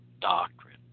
doctrine